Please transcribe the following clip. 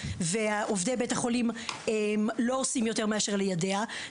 ועובדי בית החולים לא עושים יותר מאשר ליידע,